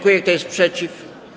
Kto jest przeciw?